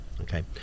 okay